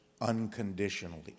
unconditionally